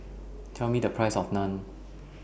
Tell Me The Price of Naan